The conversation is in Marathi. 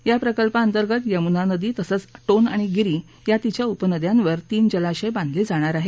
या प्रकल्पाअतर्गत यमुना नदी तसंच िोन आणि गिरी या तिच्या उपनद्यावर तीन जलाशय बांधले जाणार आहेत